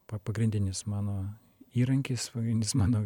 pa pagrindinis mano įrankis pagrindinis mano